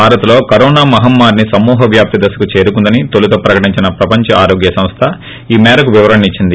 భారత్లో కరోనా మహమ్మారి సమూహ వ్యాప్తి దశకు చేరుకుందని తొలుత ప్రకటించిన ప్రపంచ ఆరోగ్య సంస్ల ఈ మేరకు వివరణ ఇచ్చింది